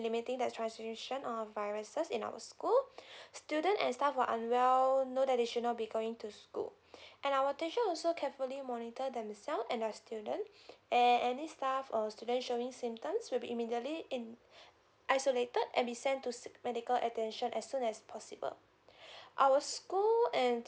limiting the transmission of viruses in our school student and staff who unwell know that they should not be going to school and our teacher also carefully monitor themselves and their student and any staff or student showing symptoms will be immediately in isolated and be sent to seek medical attention as soon as possible our school and